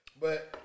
But-